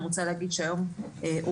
אני רוצה להגיד שהיום אומתו,